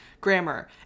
grammar